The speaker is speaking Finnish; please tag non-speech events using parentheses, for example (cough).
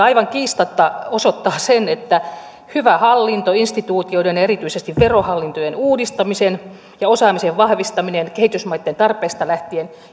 (unintelligible) aivan kiistatta osoittavat sen että hyvä hallinto instituutioiden ja erityisesti verohallintojen uudistaminen ja osaamisen vahvistaminen kehitysmaitten tarpeista lähtien